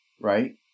Right